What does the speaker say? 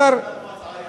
ואחר, זה נראה כמו הטעיה.